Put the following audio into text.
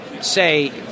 say